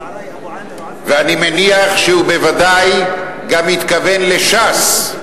ואני מניח שהוא בוודאי התכוון גם לש"ס,